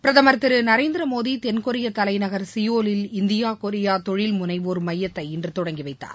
பிரதமர் திரு நரேந்திர மோடி தென்கொரிய தலைநகர் சியோலில் இந்தியா கொரியா தொழில்முனைவோர் மையத்தை இன்று தொடங்கிவைத்தார்